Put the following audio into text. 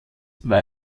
war